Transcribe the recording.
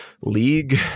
league